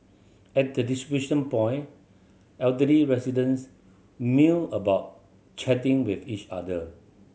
at the distribution point elderly residents mill about chatting with each other